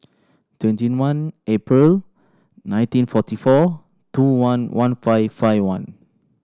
twenty one April nineteen forty four two one one five five one